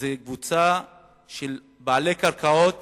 זו קבוצה של בעלי קרקעות